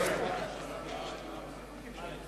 ההצעה